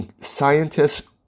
scientists